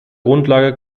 grundlage